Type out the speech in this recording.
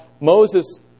Moses